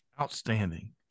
Outstanding